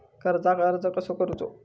कर्जाक अर्ज कसो करूचो?